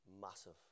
Massive